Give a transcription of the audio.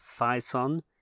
Phison